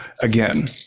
again